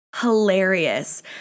Hilarious